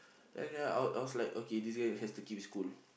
and ya I I was like okay this guy has to keep his cool